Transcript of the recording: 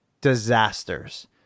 disasters